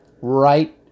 right